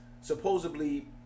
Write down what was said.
supposedly